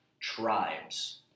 tribes